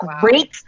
great